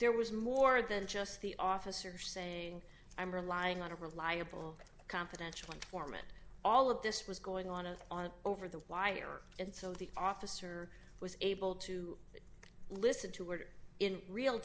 there was more than just the officer saying i'm relying on a reliable confidential informant all of this was going on and on over the wire and so the officer was able to listen to order in real